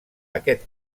aquest